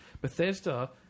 Bethesda